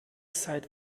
seid